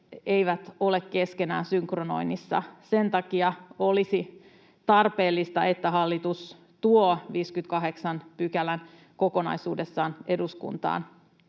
eivät ole keskenään synkroniassa. Sen takia olisi tarpeellista, että hallitus tuo 58 §:n kokonaisuudessaan eduskuntaan